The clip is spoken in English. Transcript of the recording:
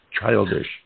Childish